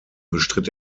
bestritt